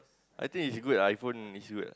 I think it's good iPhone is good